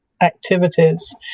activities